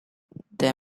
the